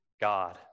God